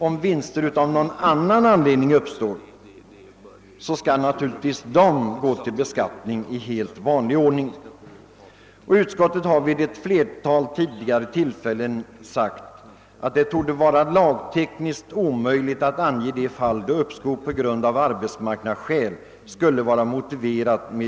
Om vinster av någon annan anledning uppstår, skall de naturligtvis gå till beskattning i vanlig ordning. Utskottet har vid ett flertal tidigare tillfällen anfört att det torde vara lagtekniskt omöjligt att ange de fall då ett skatteuppskov av arbetsmarknadsskäl skulle kunna vara motiverat.